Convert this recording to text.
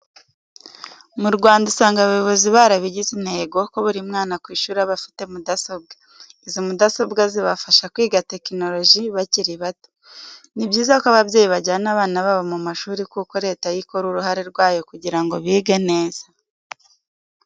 Mu Rwanda usanga abayobozi barabigize intego ko buri mwana ku ishuri aba afite mudasobwa, izi mudasobwa zibafasha kwiga tekinoloji bakiri bato. Ni byiza ko ababyeyi bajyana abana babo mu mashuri kuko Leta yo ikora uruhare rwayo kugira ngo bige neza.